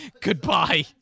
goodbye